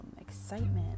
excitement